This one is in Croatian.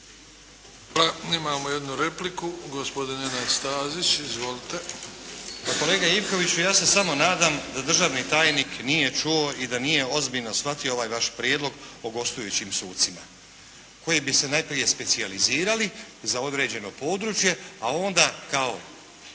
Hvala. Imamo jednu repliku. Gospodin Nenad Stazić. Izvolite. **Stazić, Nenad (SDP)** Pa kolega Ivkoviću ja se samo nadam da državni tajnik nije čuo i da nije ozbiljno shvatio ovaj vaš prijedlog o gostujućim sucima koji bi se najprije specijalizirali za određeno područje a onda kao